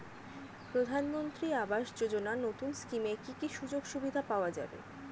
প্রধানমন্ত্রী আবাস যোজনা নতুন স্কিমে কি কি সুযোগ সুবিধা পাওয়া যাবে?